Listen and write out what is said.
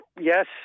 Yes